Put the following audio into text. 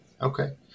Okay